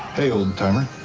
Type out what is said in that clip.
hey, old timer.